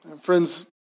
Friends